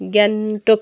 Gangtok